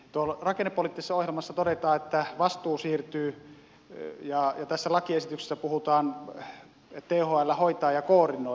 tuolla rakennepoliittisessa ohjelmassa todetaan että vastuu siirtyy ja tässä lakiesityksessä puhutaan että thl hoitaa ja koordinoi